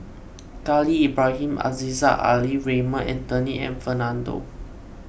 Khalil Ibrahim Aziza Ali Raymond Anthony and Fernando